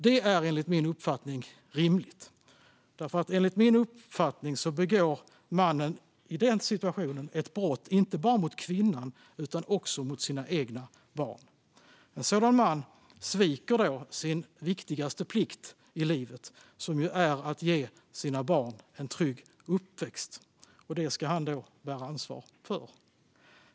Det är rimligt, för enligt min uppfattning begår mannen i den situationen ett brott inte bara mot kvinnan utan också mot sina egna barn. En sådan man sviker då sin viktigaste plikt i livet, som ju är att ge sina barn en trygg uppväxt, och det ska han bära ansvar för.